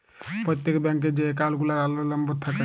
প্রত্যেক ব্যাঙ্ক এ যে একাউল্ট গুলার আলাদা লম্বর থাক্যে